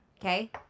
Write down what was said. Okay